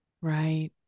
Right